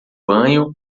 banho